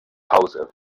hause